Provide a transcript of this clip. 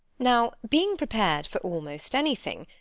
now, being prepared for almost anything,